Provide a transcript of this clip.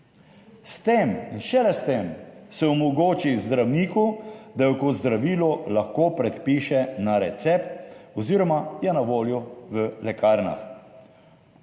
s tem in šele s tem se omogoči zdravniku, da jo kot zdravilo lahko predpiše na recept oziroma je na voljo v lekarnah.